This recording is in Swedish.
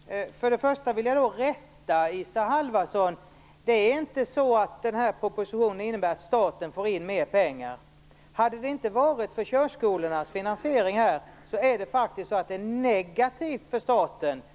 Herr talman! För det första vill jag rätta Isa Halvarsson. Den här propositionen innebär inte att staten får in mer pengar. Hade det inte varit för körskolornas finansiering är det här momsförslaget faktiskt negativt för staten.